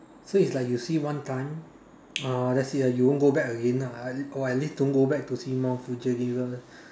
so it's like you see one time ah that's it lah you won't go back again lah or at or at least don't go back to see Mount Fuji again lah